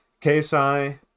KSI